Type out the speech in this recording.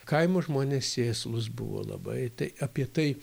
kaimo žmonės sėslūs buvo labai tai apie tai